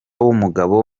w’umugabo